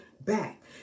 back